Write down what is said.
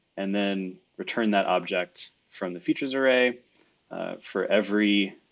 and then return that object from the features array for every